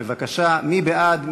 בבקשה, מי בעד?